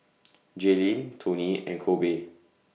Jalyn Toney and Kobe